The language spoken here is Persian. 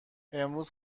امروز